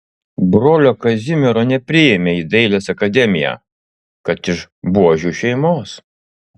brolio kazimiero nepriėmė į dailės akademiją kad iš buožių šeimos